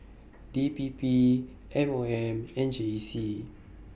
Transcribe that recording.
D P P M O M and J C